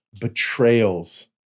Betrayals